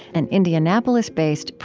an indianapolis-based,